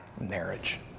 marriage